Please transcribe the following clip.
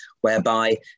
whereby